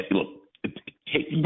look